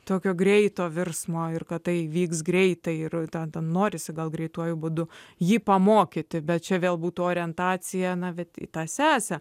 tokio greito virsmo ir kad tai vyks greitai ir tada norisi gal greituoju būdu jį pamokyti bet čia vėl būtų orientacija na bet į tą sesę